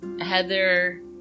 Heather